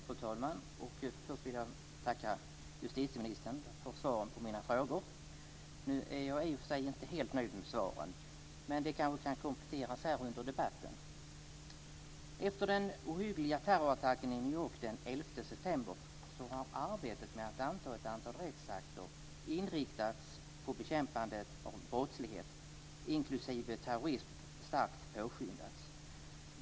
Fru talman! Först vill jag tacka justitieministern för svaren på mina frågor. Nu är jag i och för sig inte helt nöjd med svaren. Men de kanske kan kompletteras under debatten. Efter den ohyggliga terrorattacken i New York den 11 september har arbetet med att anta ett antal rättsakter inriktade på bekämpandet av brottslighet inklusive terrorism starkt påskyndats.